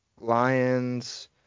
Lions